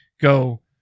go